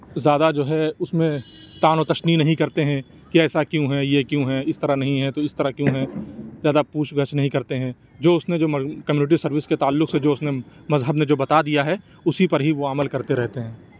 زیادہ جو ہے اُس میں طعن و تشنیع نہیں کرتے ہیں کہ ایسا کیوں ہے یہ کیوں ہے اِس طرح نہیں ہے تو اِس طرح کیوں ہے زیادہ پوچھ گچھ نہیں کرتے ہیں جو اُس نے جو کمیونٹی سروس کے تعلق سے جو اُس نے مذہب نے جو بتا دیا ہے اُسی پر ہی وہ عمل کرتے رہتے ہیں